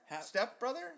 Step-brother